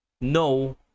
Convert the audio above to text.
No